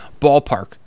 ballpark